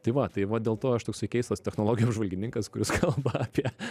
tai va tai va dėl to aš toksai keistas technologijų apžvalgininkas kuris kalba apie